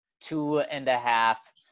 two-and-a-half